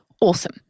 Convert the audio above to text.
Awesome